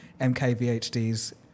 mkvhd's